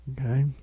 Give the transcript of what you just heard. Okay